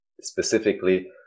specifically